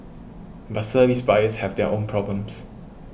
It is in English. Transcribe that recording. but service buyers have their own problems